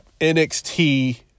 NXT